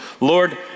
Lord